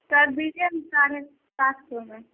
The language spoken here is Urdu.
کر دیجیے نا ساڑھے سات سو میں